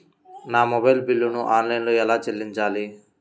నా మొబైల్ బిల్లును ఆన్లైన్లో ఎలా చెల్లించాలి?